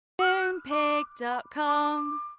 Moonpig.com